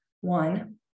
One